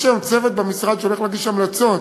יש היום צוות במשרד שהולך להגיש המלצות